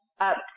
Up